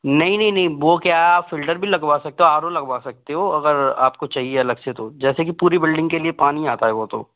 नहीं नहीं नहीं वो क्या है आप फ़िल्टर भी लगवा सकते हो आरो लगवा सकते हो अगर आपको चाहिए अलग से तो जैसे की पूरी बिल्डिंग के लिए पानी आता है वो तो